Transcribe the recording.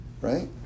right